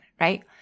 right